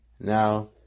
now